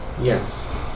Yes